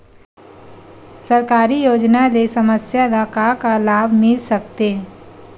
सरकारी योजना ले समस्या ल का का लाभ मिल सकते?